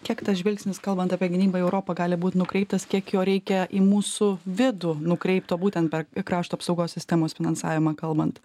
kiek tas žvilgsnis kalbant apie gynybą į europą gali būt nukreiptas kiek jo reikia į mūsų vidų nukreipto būtent per krašto apsaugos sistemos finansavimą kalbant